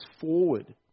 forward